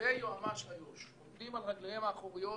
והיועץ המשפטי איו"ש עומדים על רגליהם האחוריות